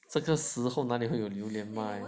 这个时候哪里会有榴莲